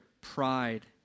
pride